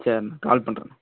சரிண்ணா கால் பண்ணுறேண்ணா